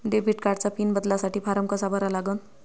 Debit कार्डचा pin बदलासाठी form कसा भरा लागन?